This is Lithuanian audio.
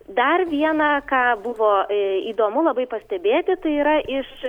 dar vieną ką buvo įdomu labai pastebėti tai yra iš